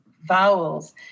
vowels